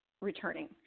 returning